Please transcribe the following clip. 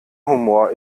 humor